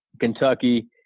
Kentucky